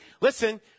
listen